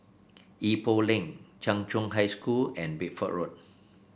Ipoh Lane Chung Cheng High School and Bideford Road